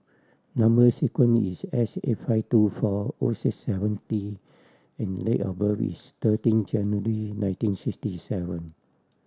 number sequence is S eight five two four O six seven T and date of birth is thirteen January nineteen sixty seven